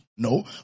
No